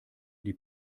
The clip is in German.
die